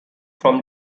from